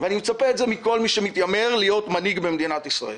אני גם מצפה את זה מכל מי שמתיימר להיות מנהיג במדינת ישראל.